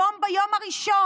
היום, ביום הראשון